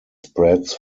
spreads